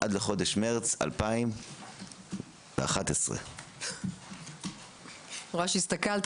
עד לחודש מרץ 2011. אני רואה שהסתכלת